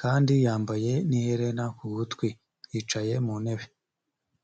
kandi yambaye n'iherena ku gutwi, yicaye mu ntebe.